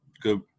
Good –